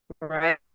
right